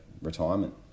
retirement